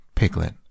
Piglet